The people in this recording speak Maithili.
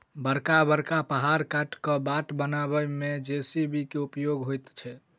बड़का बड़का पहाड़ काटि क बाट बनयबा मे जे.सी.बी के उपयोग होइत छै